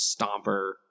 stomper